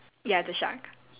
ya the shark